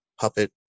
puppet